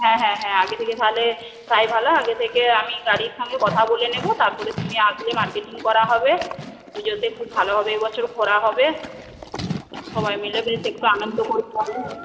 হ্যাঁ হ্যাঁ হ্যাঁ আগে থেকে তাহলে তাই ভালো আগে থেকে আমি গাড়ির সঙ্গে কথা বলে নেব তারপরে তুমি আসলে মার্কেটিং করা হবে পুজোতে খুব ভালোভাবে এবছর ঘোরা হবে সবাই মিলে বেশ একটু আনন্দ করব